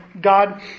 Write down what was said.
God